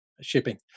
shipping